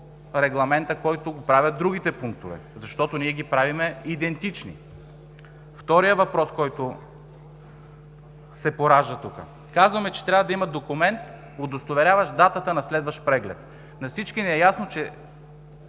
регламента, по който го правят другите пунктове? Защото ние ги правим идентични. Вторият въпрос, който се поражда тук, е следният. Казваме, че трябва да имат документ, удостоверяващ датата на следващ преглед. На всички ни е ясно, че